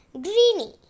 greeny